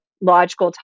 logical